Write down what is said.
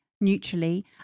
neutrally